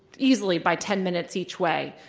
easily, by ten minutes each way.